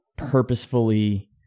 Purposefully